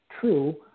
true